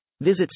Visit